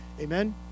Amen